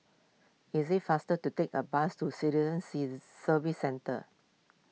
is it faster to take a bus to Citizen Services Centre